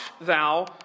thou